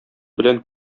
белән